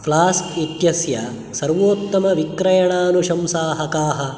flask इत्यस्य सर्वोत्तमविक्रयणानुशंसाः काः